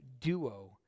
duo